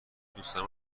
دوستان